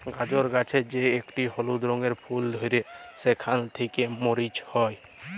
গাজর গাছের যে একটি হলুদ রঙের ফুল ধ্যরে সেখালে থেক্যে মরি হ্যয়ে